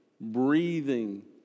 breathing